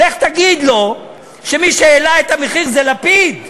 לך תגיד לו שמי שהעלה את המחיר זה לפיד,